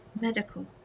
medical